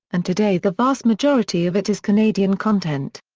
and today the vast majority of it is canadian content.